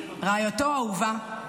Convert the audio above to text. רעייתו האהובה,